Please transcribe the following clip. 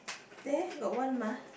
there got one mah